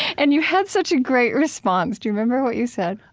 and you had such a great response. do you remember what you said?